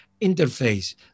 interface